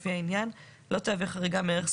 לפי העניין לא תהווה חריגה מערך סביבה,